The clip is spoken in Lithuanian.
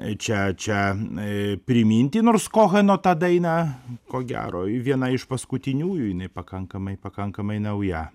čia čia ee priminti nors kochano tą dainą ko gero viena iš paskutiniųjų inai pakankamai pakankamai nauja